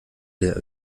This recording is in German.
leer